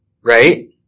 Right